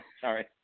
sorry